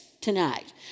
Tonight